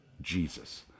Jesus